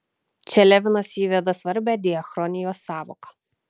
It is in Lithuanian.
čia levinas įveda svarbią diachronijos sąvoką